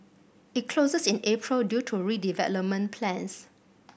it closes in April due to redevelopment plans